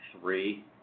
three